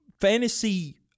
fantasy